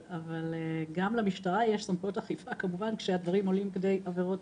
אבל גם למשטרה יש סמכויות אכיפה כשהדברים עולים כדי עבירות